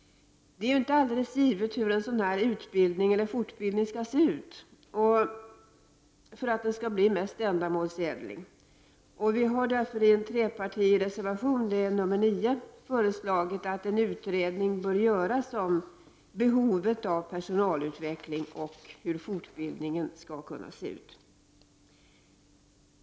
Det är inte alldeles givet hur en sådan fortbildning skall vara konstruerad för att den skall bli mest ändamålsenlig. I en trepartireservation, nr 9, har vi föreslagit att en utredning bör göras kring behovet av personalutvecklingen och om hur fortbildningen skall vara sammansatt.